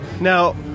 Now